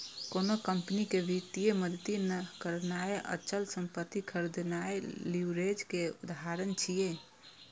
कोनो कंपनी कें वित्तीय मदति करनाय, अचल संपत्ति खरीदनाय लीवरेज के उदाहरण छियै